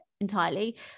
entirely